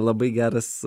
labai geras